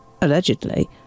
allegedly